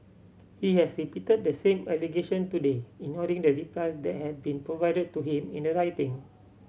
he has repeated the same allegation today ignoring the replies that have been provided to him in the writing